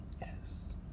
yes